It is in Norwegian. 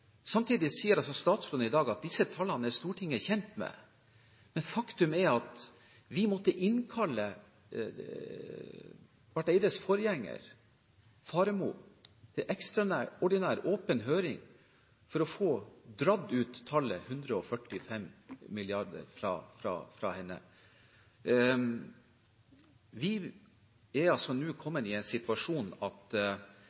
Samtidig sier altså statsråden i dag at disse tallene er Stortinget kjent med. Men faktum er at vi måtte innkalle Barth Eides forgjenger, Faremo, til ekstraordinær åpen høring for å få dratt ut tallet 145 mrd. kr fra henne. Vi er altså nå